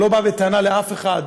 אני לא בא בטענה לאף אחד.